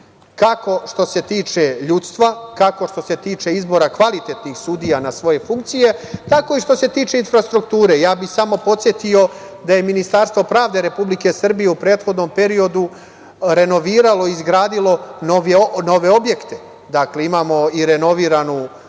kako što se tiče ljudstva, kako što se tiče izbora kvalitetnih sudija na svoje funkcije, tako i što se tiče infrastrukture. Ja bih samo podsetio da je Ministarstvo pravde Republike Srbije u prethodnom periodu renoviralo i izgradilo nove objekte. Imamo renoviranu